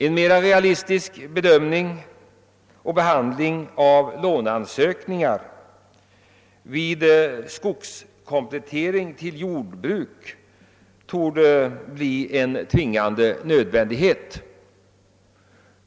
En mer realistisk bedömning och behandling av låneansökningar vid skogskomplettering till jordbruk torde bli en tvingande nödvändighet.